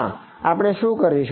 ના આપણે શું કરશું